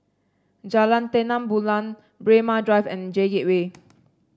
Jalan Terang Bulan Braemar Drive and J Gateway